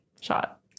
shot